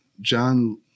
John